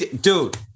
Dude